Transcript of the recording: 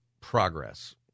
progress